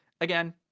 Again